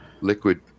liquid